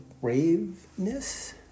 braveness